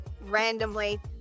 randomly